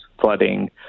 flooding